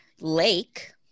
Lake